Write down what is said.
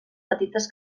petites